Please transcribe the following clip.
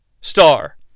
star